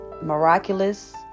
miraculous